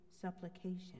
supplication